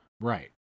Right